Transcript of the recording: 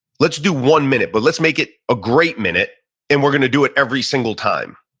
let's do one minute, but let's make it a great minute and we're going to do it every single time.